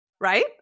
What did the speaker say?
right